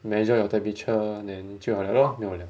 measure your temperature then 就要好了咯没有了